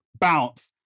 bounce